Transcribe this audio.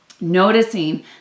noticing